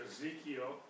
Ezekiel